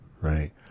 right